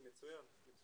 אז